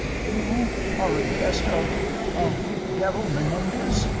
you are a guest of of devil menendez,